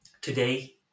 Today